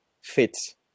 fits